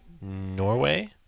Norway